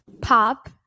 pop